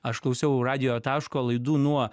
aš klausiau radijo taško laidų nuo